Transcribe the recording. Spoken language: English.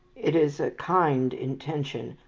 it is a kind intention.